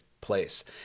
place